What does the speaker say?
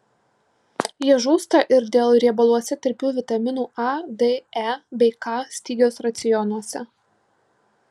jie žūsta ir dėl riebaluose tirpių vitaminų a d e bei k stygiaus racionuose